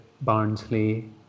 Barnsley